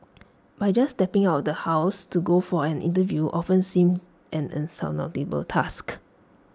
by just stepping out the house to go for an interview often seemed an insurmountable task